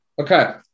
Okay